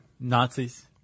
Nazis